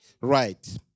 Right